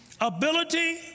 ability